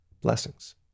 blessings